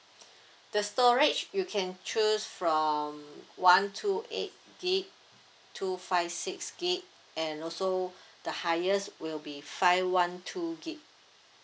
the storage you can choose from one two eight gig two five six gig and also the highest will be five one two gig